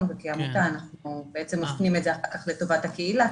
וכעמותה אנחנו מפנים את זה אחר כך לטובת הקהילה,